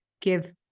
give